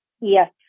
yes